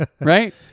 Right